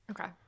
Okay